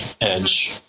edge